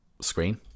screen